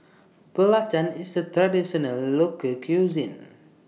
Belacan IS A Traditional Local Cuisine